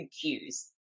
cues